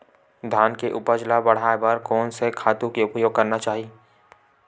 धान के उपज ल बढ़ाये बर कोन से खातु के उपयोग करना चाही?